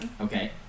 Okay